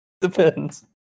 Depends